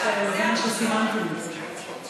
הרווחה והבריאות לוועדת הכספים נתקבלה.